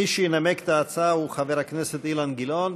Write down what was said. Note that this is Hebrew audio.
מי שינמק את ההצעה הוא חבר הכנסת אילן גילאון.